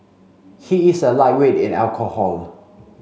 he is a lightweight in alcohol